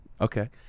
okay